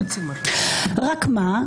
רק מה,